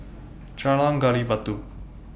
Jalan Gali Batu